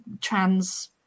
trans